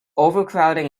overcrowding